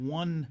one –